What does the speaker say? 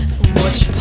Watch